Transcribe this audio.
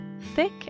thick